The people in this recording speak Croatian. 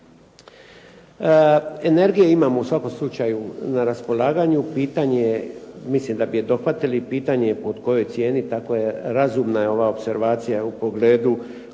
Energije imamo u svakom slučaju na raspolaganju. Da bi je dohvatili pitanje je po kojoj cijeni. Tako razumna je ova opservacija u pogledu